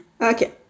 Okay